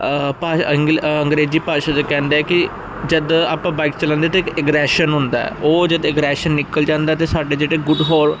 ਭਾ ਅੰਗਰੇਜੀ ਭਾਸ਼ਾ 'ਚ ਕਹਿੰਦੇ ਕਿ ਜਦ ਆਪਾਂ ਬਾਈਕ ਚਲਾਉਂਦੇ ਅਤੇ ਅਗਰੈਸ਼ਨ ਹੁੰਦਾ ਉਹ ਜਦ ਅਗਰੈਸ਼ਨ ਨਿਕਲ ਜਾਂਦਾ ਅਤੇ ਸਾਡੇ ਜਿਹੜੇ ਗੁਡ ਹੋਰ